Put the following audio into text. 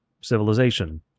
civilization